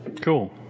Cool